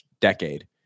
decade